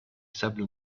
sables